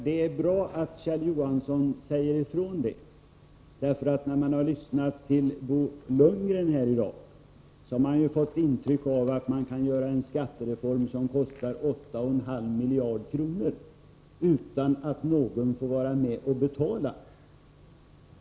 Det är bra att Kjell Johansson säger det, för när man har lyssnat till Bo Lundgren i dag får man intrycket att det går att genomföra en skattereform som kostar 8,5 miljarder kronor utan att någon är med och betalar.